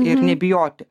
ir nebijoti